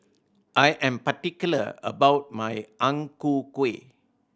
I am particular about my Ang Ku Kueh